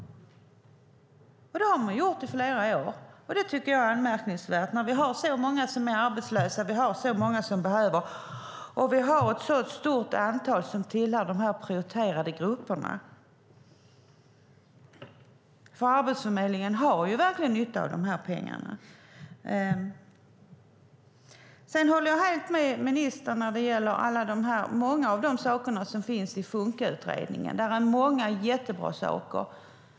Det har man gjort i flera år. Det är anmärkningsvärt när vi har så många som är arbetslösa och det finns ett så stort antal som tillhör de prioriterade grupperna. Arbetsförmedlingen har verkligen nytta av pengarna. Jag håller helt med ministern om många av de saker som finns i Funkautredningen. Där är många jättebra saker.